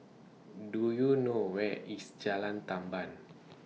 Do YOU know Where IS Jalan Tamban